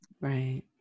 Right